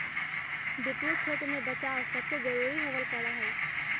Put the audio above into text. वित्तीय क्षेत्र में बचाव सबसे जरूरी होबल करा हई